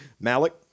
Malik